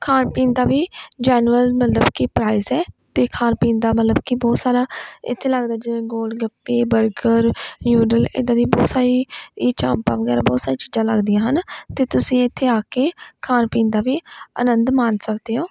ਖਾਣ ਪੀਣ ਦਾ ਵੀ ਜੈਨੁਅਲ ਮਤਲਬ ਕਿ ਪ੍ਰਾਈਜ ਅਤੇ ਖਾਣ ਪੀਣ ਦਾ ਮਤਲਬ ਕਿ ਬਹੁਤ ਸਾਰਾ ਇੱਥੇ ਲੱਗਦਾ ਜਿਵੇਂ ਗੋਲ ਗੱਪੇ ਬਰਗਰ ਨਿਊਡਲ ਐਦਾਂ ਦੀ ਬਹੁਤ ਸਾਰੀ ਹੀ ਚਾਂਪਾ ਵਗੈਰਾ ਬਹੁਤ ਸਾਰੀਆਂ ਚੀਜ਼ਾਂ ਲੱਗਦੀਆਂ ਹਨ ਅਤੇ ਤੁਸੀਂ ਇੱਥੇ ਆ ਕੇ ਖਾਣ ਪੀਣ ਦਾ ਵੀ ਆਨੰਦ ਮਾਣ ਸਕਦੇ ਹੋ